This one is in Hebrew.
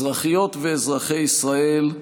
אזרחיות ואזרחי ישראל,